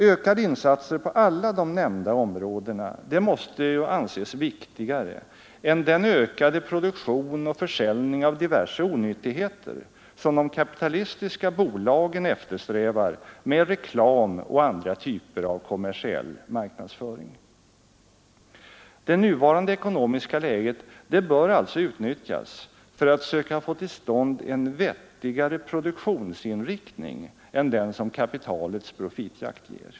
Ökade insatser på alla de nämnda områdena måste anses viktigare än den ökade produktion och försäljning av diverse onyttigheter som de kapitalistiska bolagen eftersträvar med reklam och andra typer av kommersiell marknadsföring. Det nuvarande ekonomiska läget bör alltså utnyttjas för att söka få till stånd en vettigare produktionsinriktning än den kapitalets profitjakt ger.